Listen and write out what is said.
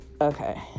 okay